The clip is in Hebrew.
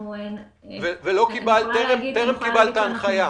וטרם קיבלתם הנחיה?